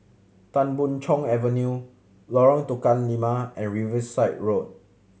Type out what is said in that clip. Tan Boon Chong Avenue Lorong Tukang Lima and Riverside Road